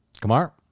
Kamar